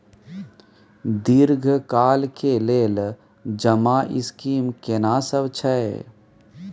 दीर्घ काल के लेल जमा स्कीम केना सब छै?